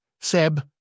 Seb